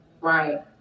Right